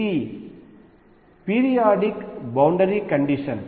ఇది periodic boundary condition